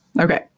Okay